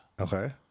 Okay